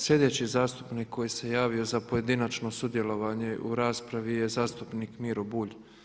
Sljedeći zastupnik koji se javio za pojedinačno sudjelovanje u raspravi je zastupnik Miro Bulj.